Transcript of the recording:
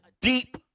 deep